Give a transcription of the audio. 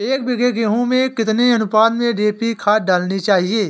एक बीघे गेहूँ में कितनी अनुपात में डी.ए.पी खाद डालनी चाहिए?